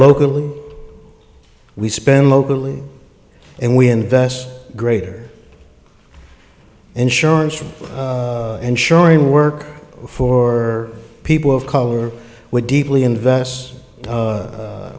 locally we spend locally and we invest greater insurance for ensuring work for people of color with deeply invest